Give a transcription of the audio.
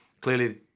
clearly